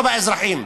לא באזרחים,